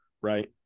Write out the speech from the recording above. right